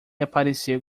apareceu